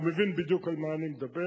הוא מבין בדיוק על מה אני מדבר.